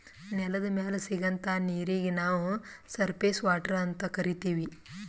ನೆಲದ್ ಮ್ಯಾಲ್ ಸಿಗಂಥಾ ನೀರೀಗಿ ನಾವ್ ಸರ್ಫೇಸ್ ವಾಟರ್ ಅಂತ್ ಕರೀತೀವಿ